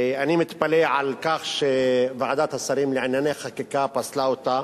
אני מתפלא על כך שוועדת השרים לענייני חקיקה פסלה אותה